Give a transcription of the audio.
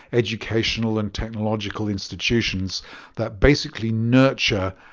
educational and technological institutions that basically nurture